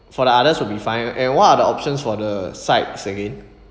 for the others will be fine and what are the options for the sides again